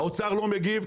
האוצר לא מגיב,